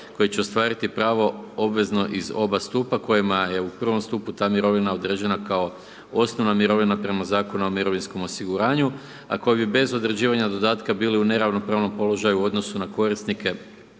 koji će ostvariti pravo obvezno iz oba stupa, kojima je u prvom stupu ta mirovina određena kao osnovna mirovina prema Zakonu o mirovinskom osiguranju, a koja bi bez određivanja dodatka bili u neravnopravnom položaju u odnosu na korisnike